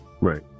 Right